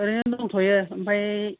ओरैनो दंथ'यो ओमफ्राय